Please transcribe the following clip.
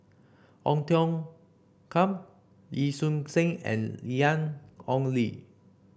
Ong Tiong Khiam Wee Choon Seng and Ian Ong Li